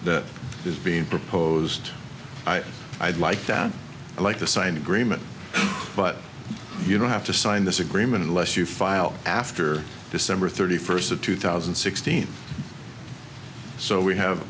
that is being proposed i'd like that like a signed agreement but you don't have to sign this agreement unless you file after december thirty first of two thousand and sixteen so we have